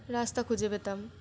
রাস্তা খুঁজে পেতাম